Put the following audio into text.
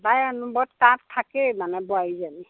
তাই অনবৰত তাত থাকেই মানে বোৱাৰীজনী